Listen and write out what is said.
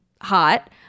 hot